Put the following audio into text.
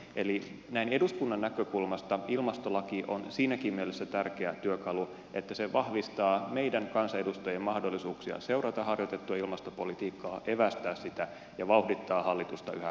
eli näin eduskunnan näkökulmasta ilmastolaki on siinäkin mielessä tärkeä työkalu että se vahvistaa meidän kansanedustajien mahdollisuuksia seurata harjoitettua ilmastopolitiikkaa evästää sitä ja vauhdittaa hallitusta yhä parempiin suorituksiin